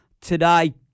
today